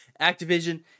Activision